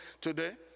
today